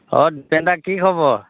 অঁ জিতেন দা কি খবৰ